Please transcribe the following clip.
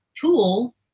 tool